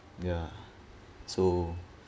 ya so